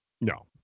no